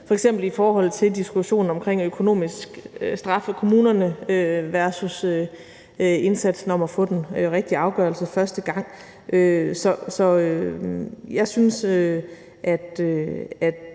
f.eks. i forhold til diskussionen omkring økonomisk straf i kommunerne versus indsatsen for at få den rigtige afgørelse første gang. Så jeg husker